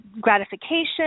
gratification